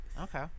Okay